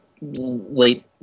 late